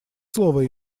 слово